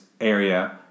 area